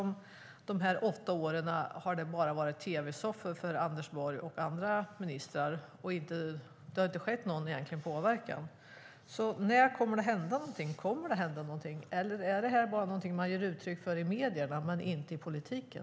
De här åtta åren har det bara varit tv-soffor för Anders Borg och andra ministrar, och det har inte skett någon egentlig påverkan. När kommer det att hända något? Kommer det att hända något, eller är detta bara något som man ger uttryck för i medierna men inte i politiken?